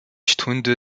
stunde